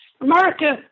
America